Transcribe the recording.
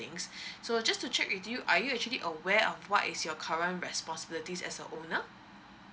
so just to check with you are you actually aware of what is your current responsibilities as a owner